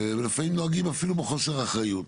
ולפעמים נוהגים אפילו בחוסר אחריות.